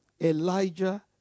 Elijah